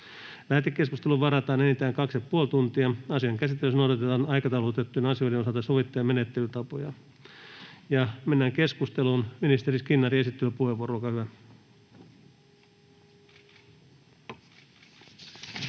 Lähetekeskusteluun varataan enintään 30 minuuttia. Asian käsittelyssä noudatetaan aikataulutettujen asioiden osalta sovittuja menettelytapoja. — Keskustelu, ministeri Sarkkinen,